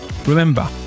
Remember